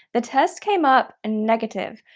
the test came up negative,